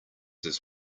his